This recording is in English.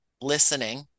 listening